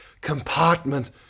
compartment